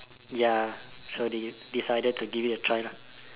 ya so they decided to give it a try lah